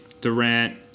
Durant